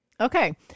Okay